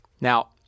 Now